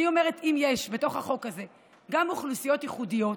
אני אומרת שאם יש בתוך החוק הזה גם אוכלוסיות ייחודיות,